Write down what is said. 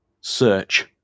search